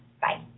Bye